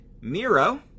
Miro